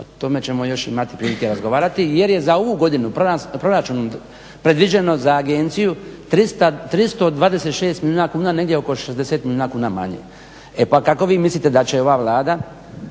o tome ćemo još imati prilike razgovarati jer je za ovu godinu proračuna predviđeno za agenciju 326 milijuna kuna, negdje oko 60 milijuna kuna manje. E pa kako vi mislite da će ova Vlada,